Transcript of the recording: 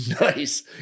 Nice